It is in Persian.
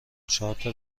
چهارتا